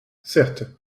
certes